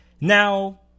now